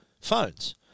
phones